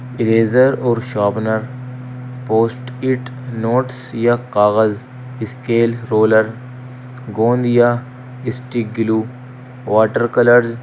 eraser اور sharpener post it notes یا کاغذ اسکیل رولر گوند یا اسٹک گلو واٹر کلرز